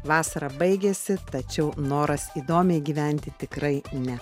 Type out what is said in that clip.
vasara baigėsi tačiau noras įdomiai gyventi tikrai ne